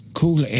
cool